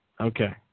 Okay